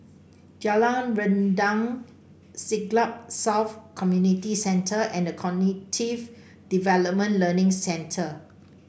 Jalan Rendang Siglap South Community Centre and The Cognitive Development Learning Centre